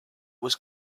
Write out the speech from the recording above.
was